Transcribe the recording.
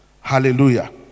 Hallelujah